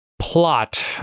Plot